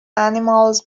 animals